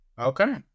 Okay